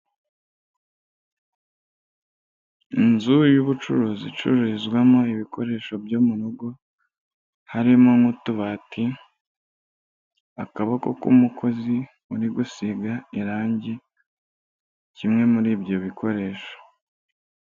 Inzu y'ubucuruzi icururizwamo ibikoresho byo mu rugo, harimo nk'utubati akaboko k'umukozi uri gusiga irangi kimwe muri ibyo bikoresho.